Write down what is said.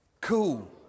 cool